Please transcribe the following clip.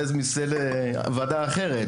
לפחות בשנה הראשונה ללימודים.